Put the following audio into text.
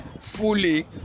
fully